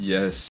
Yes